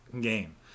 game